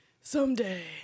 someday